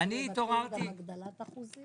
על הגדלת האחוזים?